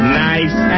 nice